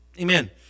Amen